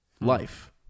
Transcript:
life